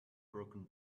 broken